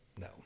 No